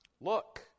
Look